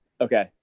Okay